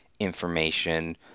information